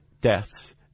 deaths